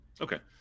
Okay